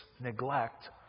neglect